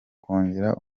kongera